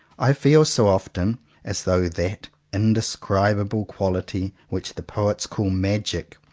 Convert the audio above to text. i feel so often as though that indescribable qual ity which the poets call magic,